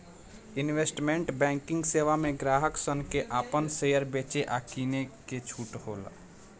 investment banking सेवा में ग्राहक सन के आपन शेयर बेचे आ किने के छूट होला